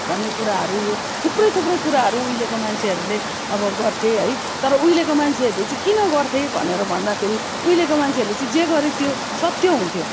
भन्ने कुराहरू यो थुप्रै थुप्रै कुराहरू उहिलेको मान्छेहरूले अब गर्थे है तर उहिलेको मान्छेहरूले चाहिँ किन गर्थे भनेर भन्दाखेरि उहिलेको मान्छेहरूले चाहिँ जे गरे त्यो सत्य हुन्थ्यो